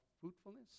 fruitfulness